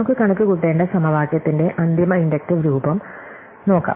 നമുക്ക് കണക്കുകൂട്ടേണ്ട സമവാക്യത്തിന്റെ അന്തിമ ഇൻഡക്റ്റീവ് രൂപം നോക്കാം